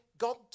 God